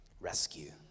rescue